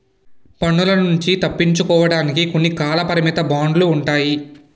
పన్నుల నుంచి తప్పించుకోవడానికి కొన్ని కాలపరిమిత బాండ్లు ఉంటాయి